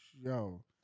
Yo